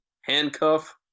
handcuff